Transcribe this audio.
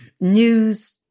news